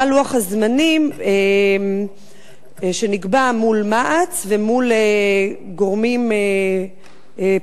מהו לוח הזמנים שנקבע מול מע"צ ומול גורמים פרטיים